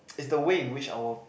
it's the way in which our